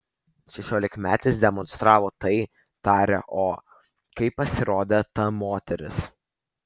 šešiolikmetis demonstravo tai tarė o kai pasirodė ta moteris